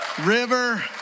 River